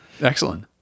Excellent